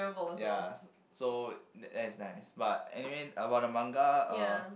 ya so that is nice but anyway about the manga uh